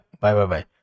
bye-bye-bye